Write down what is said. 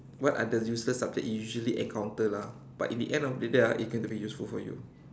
what are the useless subject usually encounter lah but in the end of the day ah it came to be useful for you